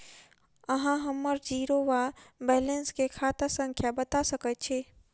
अहाँ हम्मर जीरो वा बैलेंस केँ खाता संख्या बता सकैत छी?